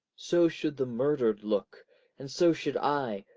so should the murdered look and so should i,